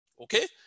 Okay